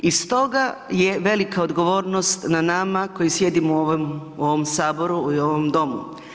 Iz toga je velika odgovornost na nama koji sjedimo u ovom Saboru i u ovom Domu.